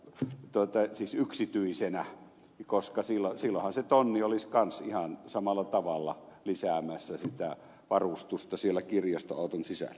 se tuottaa siis yksityisenä koska silloinhan se tonni olisi ihan samalla tavalla lisäämässä sitä varustusta siellä kirjastoauton sisällä